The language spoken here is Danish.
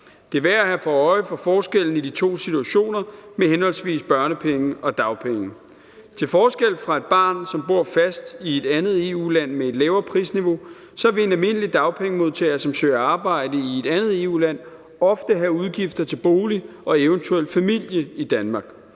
Det er værd at have forskellen i de to situationer med henholdsvis børnepenge og dagpenge for øje. Til forskel fra et barn, som bor fast i et andet EU-land med et lavere prisniveau, så vil en almindelig dagpengemodtager, som søger arbejde i et andet EU-land, ofte have udgifter til bolig og eventuel familie i Danmark.